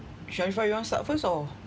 sharifa you want start first or